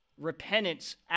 Repentance